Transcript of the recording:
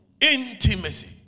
Intimacy